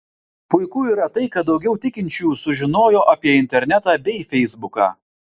puiku yra tai kad daugiau tikinčiųjų sužinojo apie internetą bei feisbuką